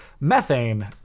methane